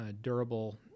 durable